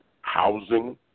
housing